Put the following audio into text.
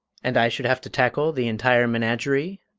and i should have to tackle the entire menagerie?